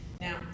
Now